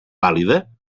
vàlida